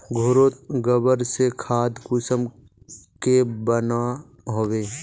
घोरोत गबर से खाद कुंसम के बनो होबे?